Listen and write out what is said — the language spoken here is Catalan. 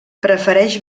prefereix